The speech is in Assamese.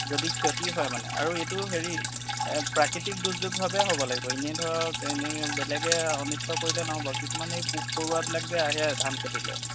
যদি ক্ষতি হয় মানে আৰু এইটো হেৰি প্ৰাকৃতিক দুৰ্যোগভাৱে হ'ব লাগিব এনেই ধৰক এনেই বেলেগে অনিষ্ট কৰিলে নহ'ব কিছুমান এই পোক পৰুৱাবিলাক যে আহে ধান খেতিলৈ